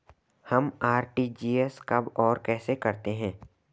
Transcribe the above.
हम आर.टी.जी.एस कब और कैसे करते हैं?